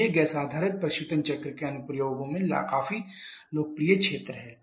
तो ये गैस आधारित प्रशीतन चक्र के अनुप्रयोगों में काफी लोकप्रिय क्षेत्र हैं